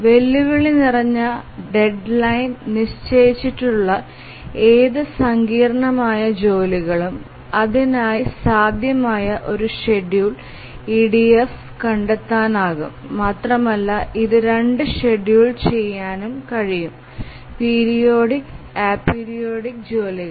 വെല്ലുവിളി നിറഞ്ഞ ഡെഡ്ലൈൻ നിശ്ചയിച്ചിട്ടുള്ള ഏത് സങ്കീർണ്ണമായ ജോലികൾക്കും അതിനായി സാധ്യമായ ഒരു ഷെഡ്യൂൾ EDF കണ്ടെത്താനാകും മാത്രമല്ല ഇത് രണ്ടും ഷെഡ്യൂൾ ചെയ്യാനും കഴിയും പീരിയോഡിക് അപീരിയോഡിക് ജോലികൾ